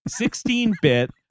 16-bit